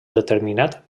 determinat